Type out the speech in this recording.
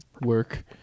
work